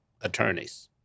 attorneys